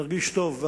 נרגיש טוב.